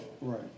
right